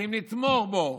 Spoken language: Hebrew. צריכים לתמוך בו,